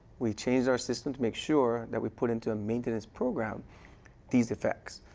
we changed our system to make sure that we put into a maintenance program these effects.